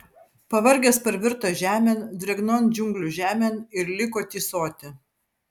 pavargęs parvirto žemėn drėgnon džiunglių žemėn ir liko tysoti